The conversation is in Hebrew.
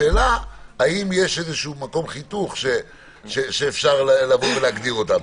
השאלה האם יש איזשהו מקום חיתוך שאפשר להגדיר אותם.